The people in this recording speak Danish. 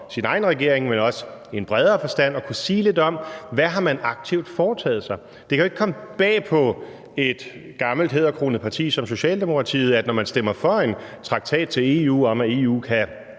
sin egen regering, men også i en bredere forstand kunne sige lidt om, hvad man aktivt har foretaget sig. Det kan jo ikke komme bag på et gammelt, hæderkronet parti som Socialdemokratiet, at når man stemmer for en traktat til EU om, at EU kan